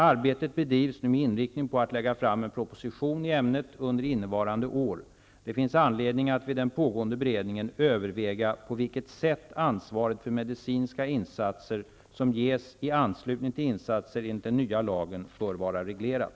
Arbetet bedrivs nu med inriktning på att lägga fram en proposition i ämnet under innevarande år. Det finns anledning att vid den pågående beredningen överväga på vilket sätt ansvaret för medicinska insatser, som ges i anslutning till insatser enligt den nya lagen, bör vara reglerat.